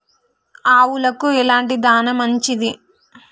ఆవులకు ఎలాంటి దాణా మంచిది?